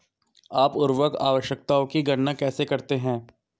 आप उर्वरक आवश्यकताओं की गणना कैसे करते हैं?